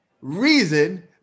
reason